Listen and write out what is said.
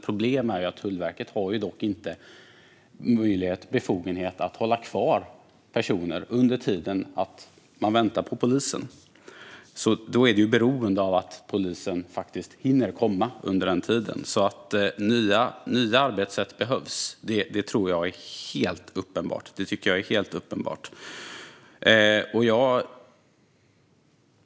Problemet är att Tullverket inte har befogenhet att hålla kvar personer medan man inväntar polisen. Det är alltså beroende av att polisen hinner komma under tullinspektionen. Att nya arbetssätt behövs är för mig därför helt uppenbart.